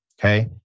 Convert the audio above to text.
okay